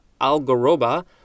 algaroba